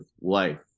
life